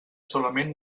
solament